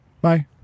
Bye